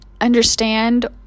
understand